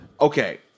Okay